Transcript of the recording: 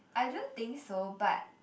I don't think so but